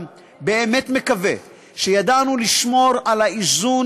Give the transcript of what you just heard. אני באמת מקווה שידענו לשמור על האיזון